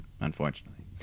Unfortunately